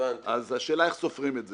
אז השאלה איך סופרים את זה.